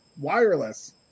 wireless